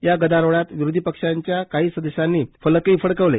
या गदारोळात विरोधी पक्षाच्या काही सदस्यांनी फलकही फडकवीले